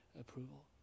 approval